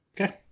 Okay